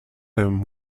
him